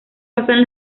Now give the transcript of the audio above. pasan